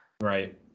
Right